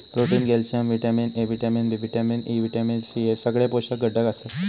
protein, calcium, vitamin A, vitamin B, vitamin E, vitamin C हे सगळे पोषक घटक आसत